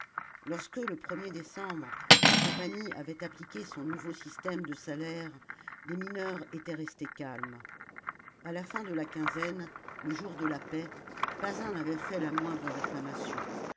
lorsque le er décembre la compagnie avait appliqué son nouveau système de salaire les mineurs étaient restés calmes a la fin de la quinzaine le jour de la paie pas un n'avait fait la moindre réclamation